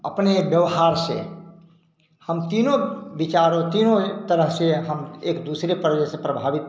अपने व्यवहार से हम तीनों विचारों तीनों ही तरह से हम एक दूसरे परवे से प्रभावित